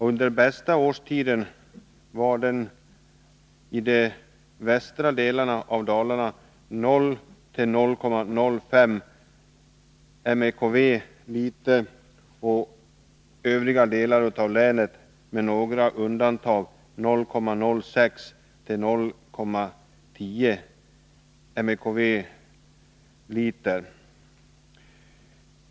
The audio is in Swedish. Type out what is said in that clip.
Under den ”bästa” årstiden var alkaliniteten i de västra delarna av Dalarna 0-0,05 mekv l.